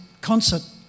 concert